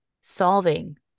solving